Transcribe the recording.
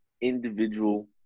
individual